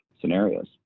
scenarios